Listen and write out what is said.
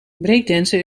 breakdancen